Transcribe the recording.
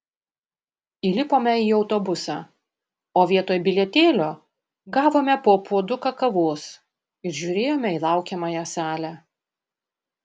įlipome į autobusą o vietoj bilietėlio gavome po puoduką kavos ir žiūrėjome į laukiamąją salę